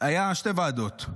על הרוגלות.